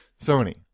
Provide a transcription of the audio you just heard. Sony